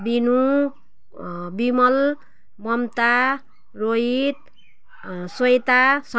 बिनु विमल ममता रोहित सोहिता सन